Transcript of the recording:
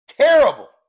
Terrible